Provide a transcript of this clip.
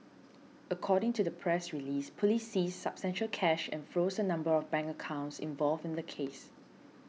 according to the press release police seized substantial cash and froze a number of bank accounts involved in the case